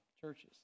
churches